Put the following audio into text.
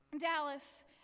Dallas